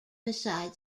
beside